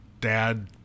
dad-